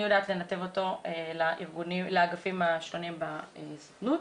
יודעת לנתב אותם לאגפים השונים בסוכנות,